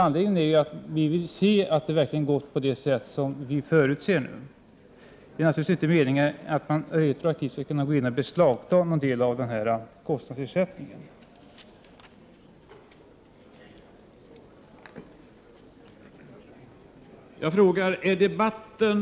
Anledningen är att vi vill se att det verkligen går till på det sätt som vi nu förutsätter. Det är naturligtvis inte meningen att man retroaktivt skall kunna gå in och beslagta någon del av kostnadsersättningen. Herr talman! Jag yrkar bifall till reservation 2.